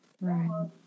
Right